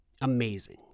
amazing